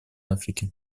африки